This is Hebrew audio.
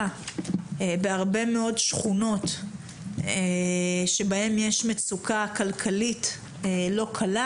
בהרבה מאוד שכונות שבהן יש מצוקה כלכלית לא קלה,